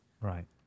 Right